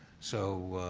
so,